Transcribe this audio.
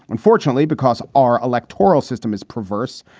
unfortunately, because our electoral system is perverse.